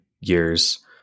years